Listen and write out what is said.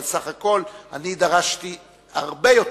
אבל סך הכול אני דרשתי הרבה יותר,